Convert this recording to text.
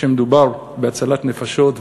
כשמדובר בהצלת נפשות,